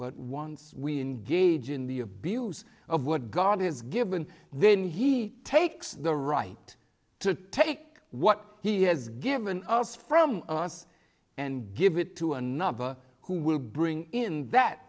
but once we in gauging the abuse of what god is given then he takes the right to take what he has given us from us and give it to another who will bring in that